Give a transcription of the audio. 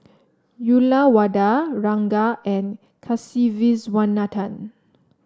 Uyyalawada Ranga and Kasiviswanathan